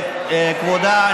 כבודה,